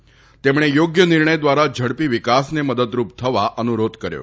તેમણે યોગ્ય નિર્ણય દ્વારા ઝડપી વિકાસને મદદરૂપ થવા અનુરોધ કર્યો